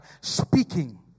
speaking